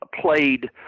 played